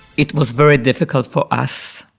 it was very difficult for us.